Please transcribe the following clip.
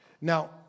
Now